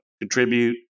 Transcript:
contribute